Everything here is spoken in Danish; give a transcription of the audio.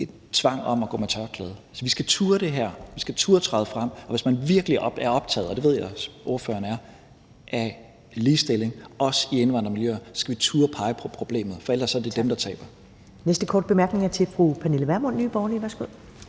Så vi skal turde det her. Vi skal turde at træde frem, og hvis man virkelig er optaget af, og det ved jeg at ordføreren er, ligestilling, også i indvandrermiljøer, så skal vi turde at pege på problemet, for ellers er det dem, der taber. Kl. 10:46 Første næstformand (Karen